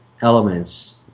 elements